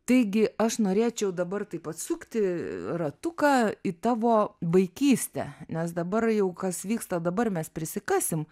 taigi aš norėčiau dabar taip atsukti ratuką į tavo vaikystę nes dabar jau kas vyksta dabar mes prisikasim